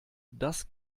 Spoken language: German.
das